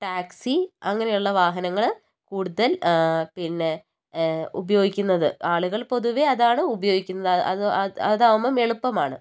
taxi അങ്ങനെയുള്ള വാഹനങ്ങൾ കൂടുതൽ പിന്നെ ഉപയോഗിക്കുന്നത് ആളുകൾ പൊതുവേ അതാണ് ഉപയോഗിക്കുന്നത് അത് അത് അതാകുമ്പോൾ എളുപ്പമാണ്